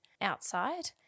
outside